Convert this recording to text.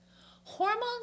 Hormones